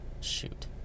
shoot